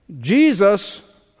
Jesus